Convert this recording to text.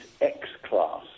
X-Class